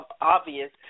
obvious